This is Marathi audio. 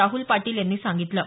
राहुल पाटील यांनी सांगितलं आहे